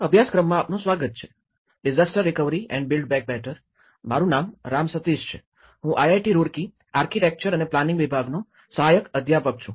અભ્યાસક્રમમાં આપનું સ્વાગત છે disaster recovery and build back better મારું નામ રામ સતીશ છે હું આઈઆઈટી રૂરકી આર્કિટેક્ચર અને પ્લાનિંગ વિભાગનો સહાયક અધ્યાપક છું